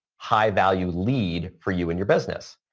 high value lead for you and your business.